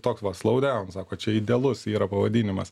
toks va slowdown sako čia idealus yra pavadinimas